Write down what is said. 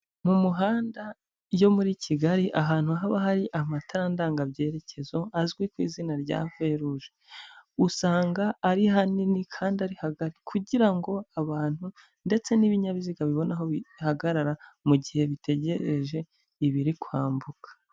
Mu muhanda yo muri Kigali, ahantu haba hari amatara ndangabyerekezo azwi ku izina rya feruge, usanga ari hanini kandi ari hagari, kugira ngo abantu ndetse n'ibinyabiziga bibone aho bihagarara, mu gihe bitegereje ibiri kwambuka.